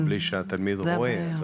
בלי שהתלמיד רואה.